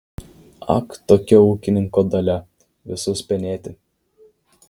ak tokia ūkininko dalia visus penėti